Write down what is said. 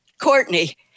Courtney